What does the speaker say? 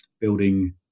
building